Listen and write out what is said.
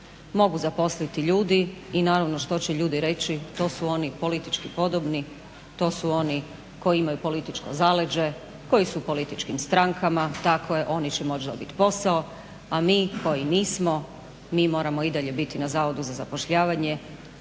mogu zaposliti ljudi. I naravno što će ljudi reći? To su oni politički podobni, to su oni koji imaju političko zaleđe, koji su u političkim strankama, tako je oni će moći dobiti posao, a mi koji nismo mi moramo i dalje biti na Zavodu za zapošljavanje